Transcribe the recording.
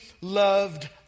loved